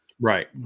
right